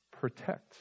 protect